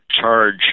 charge